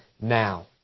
now